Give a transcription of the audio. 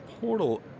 portal